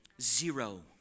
Zero